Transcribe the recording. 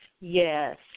Yes